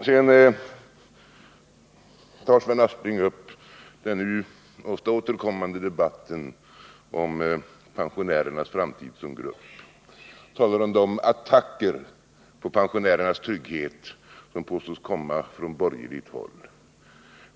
Sedan tar Sven Aspling upp den nu ofta återkommande debatten om pensionärernas framtid som grupp. Han talar om de attacker på pensionä 15 rernas trygghet som påstås komma från borgerligt håll.